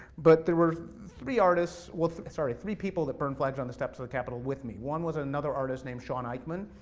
but there were three artists, sorry, three people that burned flags on the steps of the capital with me. one was another artist named shawn eichman,